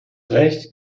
recht